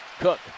Cook